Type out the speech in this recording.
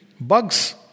bugs